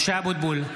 משה אבוטבול,